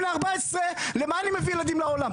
בני 14. למה אני מביא ילדים לעולם,